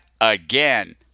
again